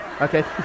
Okay